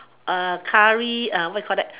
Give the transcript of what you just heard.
uh curry uh what you call that